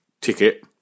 ticket